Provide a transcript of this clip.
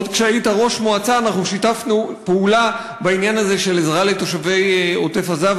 עוד כשהיית ראש מועצה שיתפנו פעולה בעניין הזה של עזרה לתושבי עוטף-עזה,